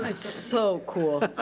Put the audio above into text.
ah so cool.